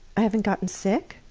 i haven't gotten sick,